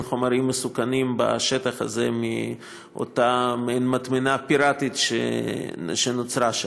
חומרים מסוכנים בשטח הזה מאותה מטמנה פיראטית שנוצרה שם.